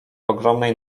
ogromnej